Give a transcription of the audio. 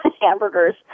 hamburgers